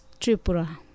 Tripura